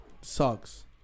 Sucks